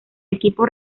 equipo